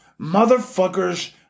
Motherfuckers